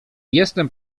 jestem